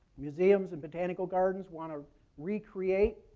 museums and botanical gardens want to recreate